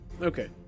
Okay